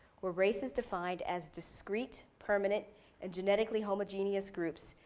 where race is defined as discreet, permanent and genetically homogenous groups,